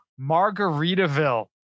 Margaritaville